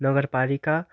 नगरपालिका